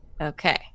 Okay